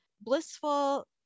blissful